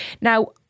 Now